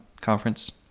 conference